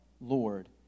Lord